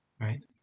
right